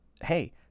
Hey